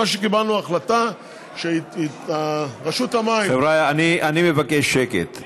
קיבלנו החלטה שרשות המים, חבריא, אני מבקש שקט.